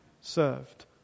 served